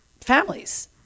families